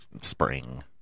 spring